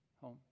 home